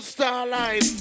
Starlight